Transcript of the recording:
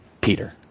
Peter